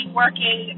working